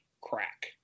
crack